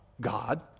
God